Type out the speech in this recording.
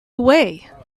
away